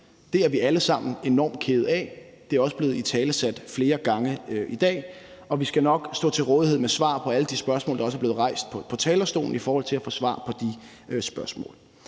Det er vi alle sammen enormt kede af. Det er også blevet italesat flere gange i dag, og vi skal nok stå til rådighed med svar på alle de spørgsmål, der også er blevet rejst på talerstolen. Der vil være mulighed